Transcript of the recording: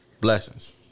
Blessings